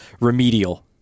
remedial